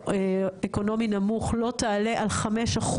בסוציואקונומי נמוך לא תעלה על 5%,